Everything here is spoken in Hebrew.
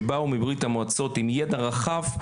שבו מברית המועצות עם ידע רחב,